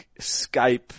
Skype